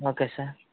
okay sir